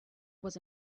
was